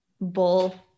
bull